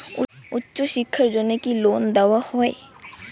উচ্চশিক্ষার জন্য কি লোন দেওয়া হয়?